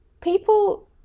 people